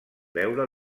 veure